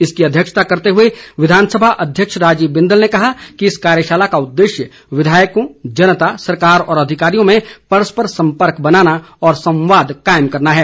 इसकी अध्यक्षता करते हुए विधानसभा अध्यक्ष राजीव बिंदल ने कहा कि इस कार्यशाला का उद्देश्य विधायकों जनता सरकार और अधिकारियों में परस्पर सम्पर्क बनाना व संवाद कायम करना है